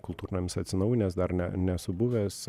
kultūrnamis atsinaujinęs dar ne nesu buvęs